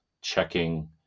checking